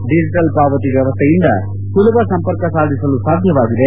digital ಪಾವತಿ ವ್ಯವಸ್ಥೆಯಿಂದ ಸುಲಭ ಸಂಪರ್ಕ ಸಾಧಿಸಲು ಸಾಧ್ಯವಾಗಿದೆ